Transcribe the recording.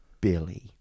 Billy